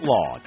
Law